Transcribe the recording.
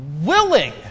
willing